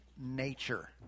nature